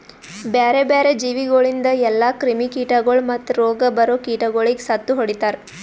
ಬ್ಯಾರೆ ಬ್ಯಾರೆ ಜೀವಿಗೊಳಿಂದ್ ಎಲ್ಲಾ ಕ್ರಿಮಿ ಕೀಟಗೊಳ್ ಮತ್ತ್ ರೋಗ ಬರೋ ಕೀಟಗೊಳಿಗ್ ಸತ್ತು ಹೊಡಿತಾರ್